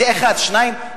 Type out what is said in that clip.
שנית,